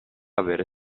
avere